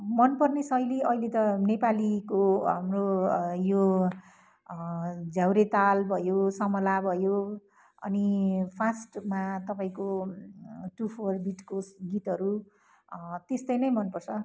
मनपर्ने शैली अहिले त नेपालीको हाम्रो यो झ्याउरे ताल भयो समला भयो अनि फास्टमा तपाईँको टू फोर बिटको गीतहरू त्यस्तै नै मनपर्छ